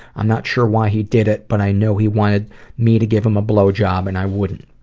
i'm not sure why he did it but i know he wanted me to give him a blowjob and i wouldn't.